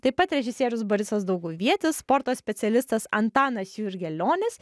taip pat režisierius borisas dauguvietis sporto specialistas antanas jurgelionis